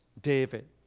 David